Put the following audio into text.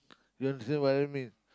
you understand what I mean